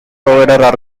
provider